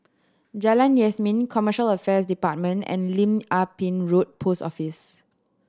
Jalan Yasin Commercial Affairs Department and Lim Ah Pin Road Post Office